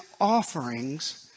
offerings